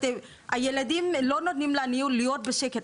הילדים לא נותנים לניהול להיות בשקט.